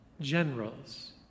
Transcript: generals